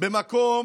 במקום